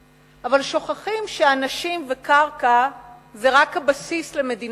אבל שוכחים שאנשים וקרקע הם רק הבסיס למדינה ריבונית.